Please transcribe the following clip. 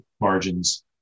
margins